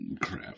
Crap